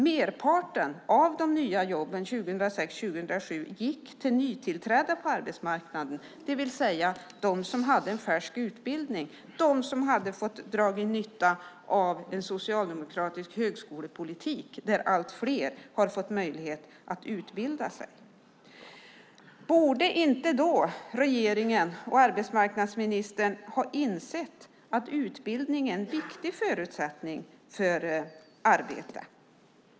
Merparten av de nya jobben 2006-2007 gick till nytillträdda på arbetsmarknaden, det vill säga till dem som hade en färsk utbildning, de som hade fått dra nytta av en socialdemokratisk högskolepolitik där allt fler har fått möjlighet att utbilda sig. Borde inte regeringen och arbetsmarknadsministern ha insett att utbildning är en viktig förutsättning för arbete?